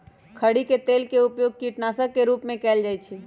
खरी के तेल के उपयोग कीटनाशक के रूप में कएल जाइ छइ